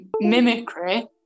mimicry